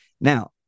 Now